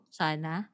sana